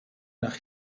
nach